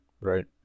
Right